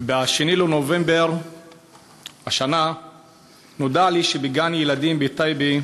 ב-2 בנובמבר השנה נודע לי שהורים התלוננו שבגן-ילדים בטייבה